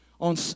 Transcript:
on